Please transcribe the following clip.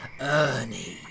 Ernie